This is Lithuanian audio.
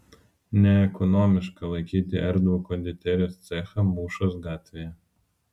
neekonomiška laikyti erdvų konditerijos cechą mūšos gatvėje